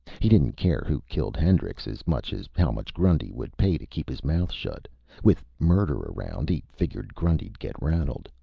he didn't care who killed hendrix as much as how much grundy would pay to keep his mouth shut with murder around, he figured grundy'd get rattled.